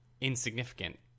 insignificant